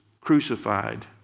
crucified